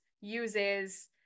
uses